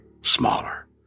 smaller